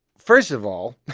first of all.